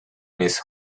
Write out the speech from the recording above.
miss